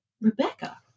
Rebecca